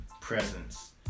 presence